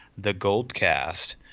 TheGoldCast